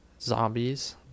zombies